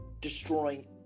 destroying